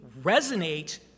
resonate